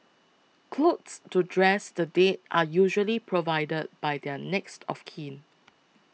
clothes to dress the dead are usually provided by their next of kin